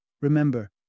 Remember